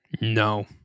No